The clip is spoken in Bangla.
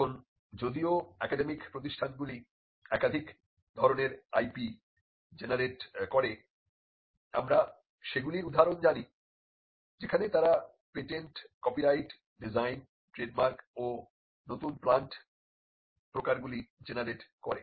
এখন যদিও একাডেমিক প্রতিষ্ঠানগুলি একাধিক ধরনের IP জেনারেট করে আমরা সেগুলির উদাহরণ জানি যেখানে তারা পেটেন্ট কপিরাইট ডিজাইন ট্রেডমার্ক ও নতুন প্লান্ট প্রকারগুলি জেনারেট করে